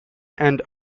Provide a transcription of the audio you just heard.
and